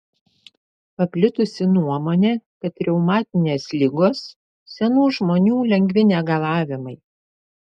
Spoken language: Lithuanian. paplitusi nuomonė kad reumatinės ligos senų žmonių lengvi negalavimai